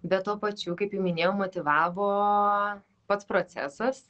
be tuo pačiu kaip jau minėjau motyvavo pats procesas